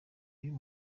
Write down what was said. uyu